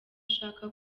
ashaka